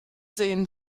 sehen